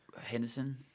Henderson